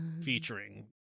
Featuring